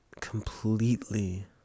completely